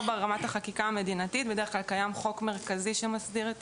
ברמת החקיקה המדינתית - יש חוק מרכזי שמסדיר את